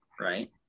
right